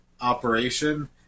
operation